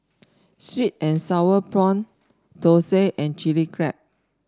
sweet and sour prawn thosai and Chili Crab